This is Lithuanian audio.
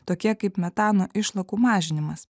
tokie kaip metano išlakų mažinimas